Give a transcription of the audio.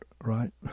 right